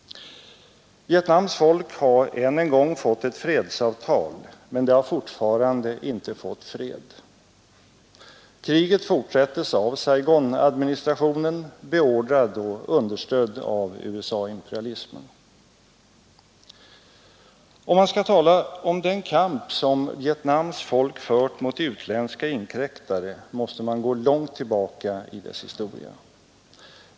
Vietnams folk har än en gång fått ett fredsavtal, men det har fortfarande inte fått fred. Kriget fortsätts av Saigonadministrationen, beordrad och understödd av USA-imperialismen. Om man skall tala om den kamp som Vietnams folk fört mot utländska inkräktare måste man gå långt tillbaka i dess historia.